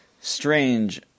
strange